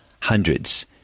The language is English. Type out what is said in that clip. hundreds